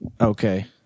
Okay